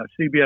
CBS